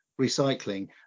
recycling